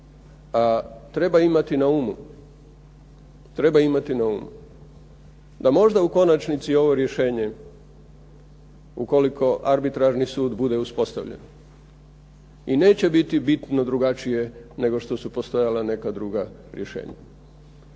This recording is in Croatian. treba imati na umu, da možda u konačnici ovo rješenje ukoliko arbitražni sud bude uspostavljen. I neće biti bitno drugačije, nego što su postojala neka druga rješenja.